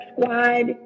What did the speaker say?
squad